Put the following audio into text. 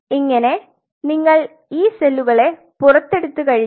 ഇങ്ങനെ നിങ്ങൾ ഈ സെല്ലുകളെ പുറത്തെടുത് കഴിഞ്ഞാൽ